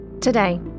Today